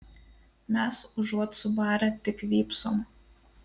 mes užuot subarę tik vypsom